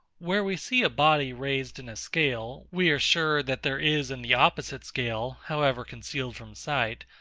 where we see a body raised in a scale, we are sure that there is in the opposite scale, however concealed from sight,